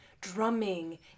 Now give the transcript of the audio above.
drumming